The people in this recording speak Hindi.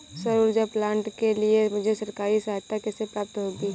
सौर ऊर्जा प्लांट के लिए मुझे सरकारी सहायता कैसे प्राप्त होगी?